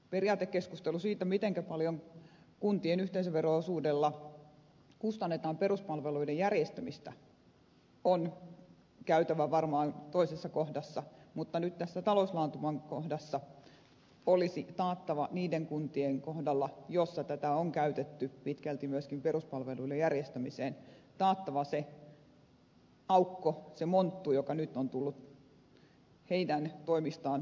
periaatekeskustelu siitä mitenkä paljon kuntien yhteisövero osuudella kustannetaan peruspalveluiden järjestämistä on käytävä varmaan toisessa kohdassa mutta nyt tässä taloustaantuman kohdassa olisi niiden kuntien kohdalla joissa tätä on käytetty pitkälti myöskin peruspalveluiden järjestämiseen täytettävä se aukko se monttu joka nyt on tullut niiden toimista riippumatta kohdalle